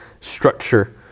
structure